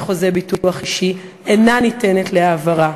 חוזה ביטוח אישי אינה ניתנת להעברה,